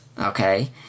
okay